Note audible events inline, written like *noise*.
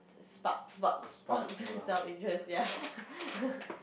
spark spark spark the self interest ya *laughs*